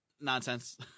nonsense